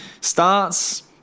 starts